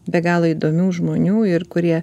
be galo įdomių žmonių ir kurie